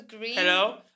hello